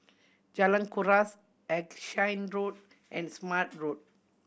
Jalan Kuras Erskine Road and Smart Road